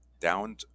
down